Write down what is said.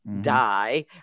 die